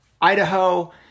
Idaho